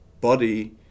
body